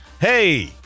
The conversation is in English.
Hey